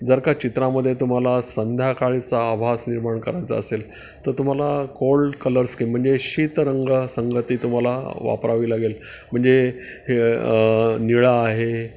जर का चित्रामध्ये तुम्हाला संध्याकाळीचा आभास निर्माण करायचा असेल तर तुम्हाला कोल्ड कलर्स स्कीम म्हणजे शीत रंगसंंगती तुम्हाला वापरावी लागेल म्हणजे हे निळा आहे